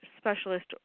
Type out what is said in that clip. specialist